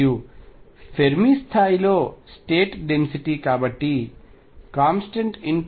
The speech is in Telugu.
మరియు ఫెర్మి స్థాయిలో స్టేట్ డెన్సిటీ కాబట్టి కాన్స్టెంట్ F